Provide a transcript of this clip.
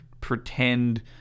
pretend